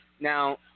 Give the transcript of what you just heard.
Now